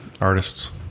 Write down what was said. artists